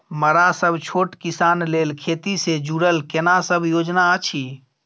मरा सब छोट किसान लेल खेती से जुरल केना सब योजना अछि?